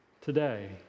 today